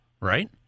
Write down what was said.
right